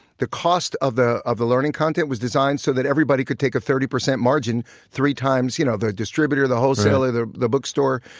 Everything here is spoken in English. the cost of the of the learning content was designed so that everybody could take a thirty percent margin three times you know the distributor, the wholesaler, the the bookstore.